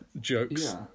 jokes